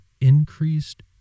increased